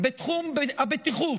בתחום הבטיחות,